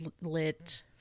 lit